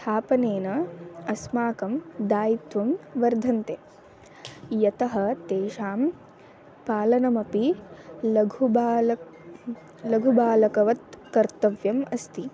स्थापनेन अस्माकं दायित्वं वर्धते यतः तेषां पालनमपि लघुबालः लघुबालकवत् कर्तव्यम् अस्ति